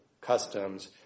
customs